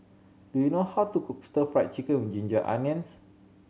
do you know how to cook Stir Fry Chicken with ginger onions